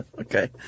Okay